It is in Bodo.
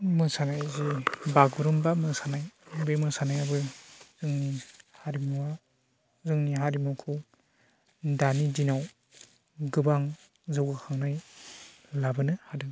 मोसानाय जि बागुरुमबा मोसानाय बे मोसानायाबो जोंनि हारिमुआ जोंनि हारिमुखौ दानि दिनाव गोबां जौगाखांनाय लाबोनो हादों